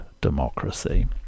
democracy